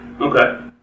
Okay